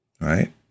right